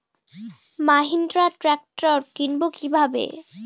Mahindra tractor কিনবো কি ভাবে?